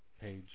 page